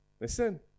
Listen